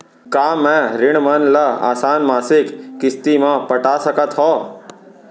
का मैं ऋण मन ल आसान मासिक किस्ती म पटा सकत हो?